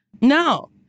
No